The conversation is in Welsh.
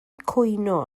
cwyno